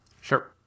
Sure